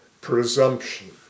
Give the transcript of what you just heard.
presumption